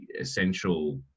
essential